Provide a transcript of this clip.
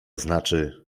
znaczy